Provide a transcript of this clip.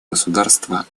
государства